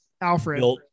alfred